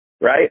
right